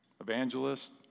evangelist